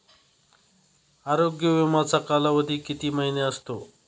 आरोग्य विमाचा कालावधी किती महिने असतो?